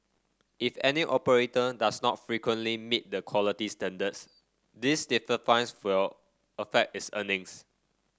if any operator does not frequently meet the quality standards these stiffer fines fill affect its earnings